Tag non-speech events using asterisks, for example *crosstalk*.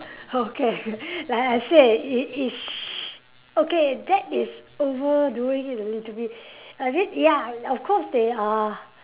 okay *laughs* like I said it is okay that is overdoing it a little bit I mean ya of course they uh